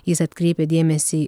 jis atkreipia dėmesį